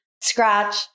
Scratch